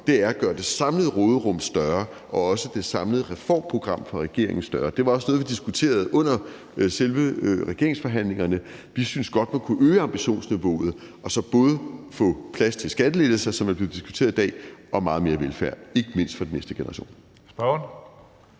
om, er at gøre det samlede råderum større og også det samlede reformprogram fra regeringen større. Det var også noget, vi diskuterede under selve regeringsforhandlingerne. Vi synes godt, man kunne øge ambitionsniveauet og så både få plads til skattelettelser, som er blevet diskuteret i dag, og meget mere velfærd, ikke mindst for den næste generation.